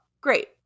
great